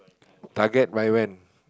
target by when